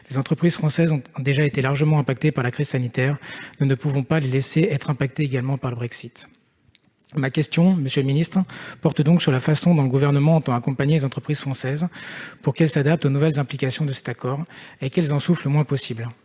Les entreprises françaises ont déjà été largement frappées par la crise sanitaire, nous ne pouvons pas les laisser subir également les effets du Brexit. Ma question, monsieur le secrétaire d'État, porte donc sur la façon dont le Gouvernement entend accompagner les entreprises françaises pour qu'elles s'adaptent aux nouvelles implications de cet accord et qu'elles en souffrent le moins possible.